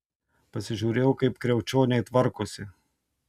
pasižiūrėjau kaip kriaučioniai tvarkosi